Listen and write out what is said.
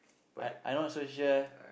I I not so sure